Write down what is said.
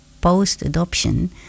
post-adoption